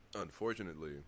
Unfortunately